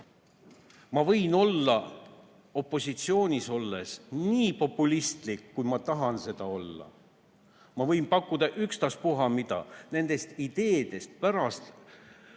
Ma võin opositsioonis olles olla nii populistlik, kui ma tahan olla. Ma võin pakkuda ükstaspuha mida. Nendest ideedest sünnib